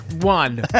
one